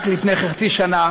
רק לפני חצי שנה